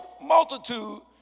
multitude